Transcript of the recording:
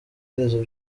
iherezo